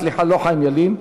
לא חבר הכנסת חיים ילין.